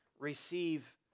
receive